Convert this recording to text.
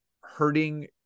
hurting